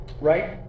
Right